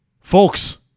Folks